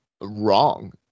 wrong